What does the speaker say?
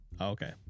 okay